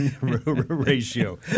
ratio